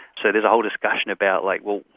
so there's a whole discussion about, like well,